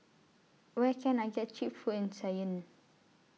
Where Can I get Cheap Food in Cayenne